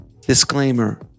Disclaimer